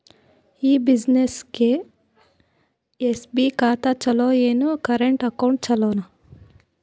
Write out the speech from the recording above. ಈ ಬ್ಯುಸಿನೆಸ್ಗೆ ಎಸ್.ಬಿ ಖಾತ ಚಲೋ ಏನು, ಕರೆಂಟ್ ಅಕೌಂಟ್ ಚಲೋ?